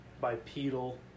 bipedal